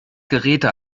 geräte